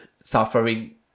suffering